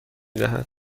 دهد